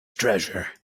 treasure